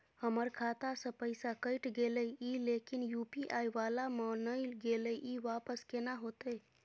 हमर खाता स पैसा कैट गेले इ लेकिन यु.पी.आई वाला म नय गेले इ वापस केना होतै?